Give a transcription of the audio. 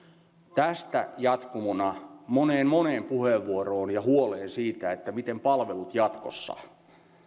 tästä jatkumona moneen moneen puheenvuoroon ja huoleen siitä miten palvelut jatkossa